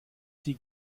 die